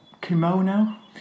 kimono